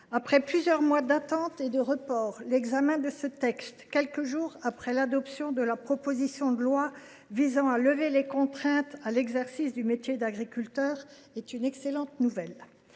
après plusieurs mois d’attente et de reports, l’examen de ce texte, quelques jours après l’adoption de la proposition de loi visant à lever les contraintes à l’exercice du métier d’agriculteur, est une excellente nouvelle.